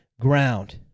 ground